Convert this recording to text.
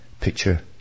picture